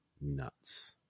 nuts